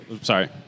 Sorry